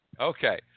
Okay